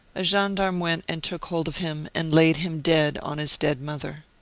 a gendarme went and took hold of him, and laid him dead on his dead mother.